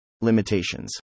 Limitations